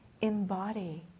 embody